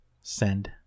send